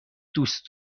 دوست